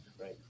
Right